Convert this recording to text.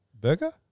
burger